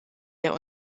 der